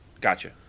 Gotcha